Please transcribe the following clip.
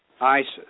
ISIS